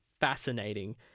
fascinating